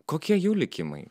kokie jų likimai